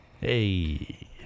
Hey